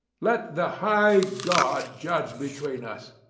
let the high god judge between us.